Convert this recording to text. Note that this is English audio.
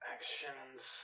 Actions